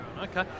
Okay